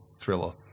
thriller